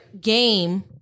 game